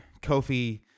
Kofi